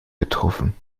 getroffen